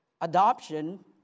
adoption